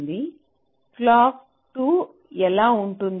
కాబట్టి క్లాక్ 2 ఎలా ఉంటుంది